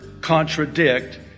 contradict